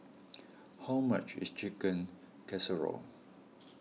how much is Chicken Casserole